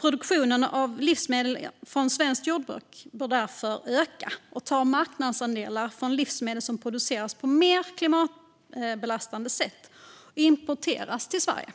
Produktionen av livsmedel från svenskt jordbruk bör därför öka och ta marknadsandelar från livsmedel som producerats på mer klimatbelastande sätt och importeras till Sverige.